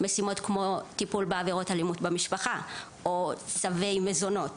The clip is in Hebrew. משימות כמו טיפול בעבירות אלימות במשפחה או צווי מזונות.